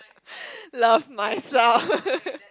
love myself